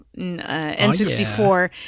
N64